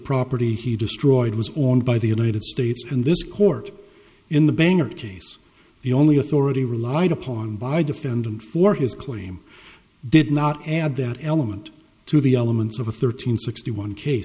property he destroyed was owned by the united states and this court in the banner case the only authority relied upon by defendant for his claim did not add that element to the elements of a thirteen sixty one case